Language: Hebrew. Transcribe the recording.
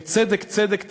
וצדק צדק תרדוף,